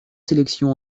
sélections